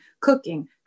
cooking